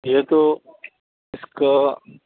یہ تو اس کا